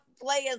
players